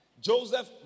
Joseph